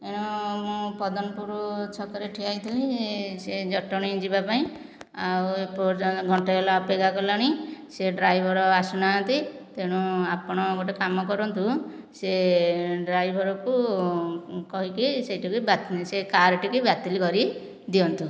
ମୁଁ ମୁଁ ପଦମପୁର ଛକରେ ଠିଆ ହୋଇଥିଲି ସେ ଜଟଣୀ ଯିବା ପାଇଁ ଆଉ ଘଣ୍ଟା ହେଲାଣି ଅପେକ୍ଷା କଲାଣି ସେ ଡ୍ରାଇଭର ଆସୁନାହାନ୍ତି ତେଣୁ ଆପଣ ଗୋଟିଏ କାମ କରନ୍ତୁ ସେ ଡ୍ରାଇଭରକୁ କହିକି ସେହିଟିକି ବାତିଲ୍ ସେ କାର୍ ଟିକୁ ବାତିଲ୍ କରି ଦିଅନ୍ତୁ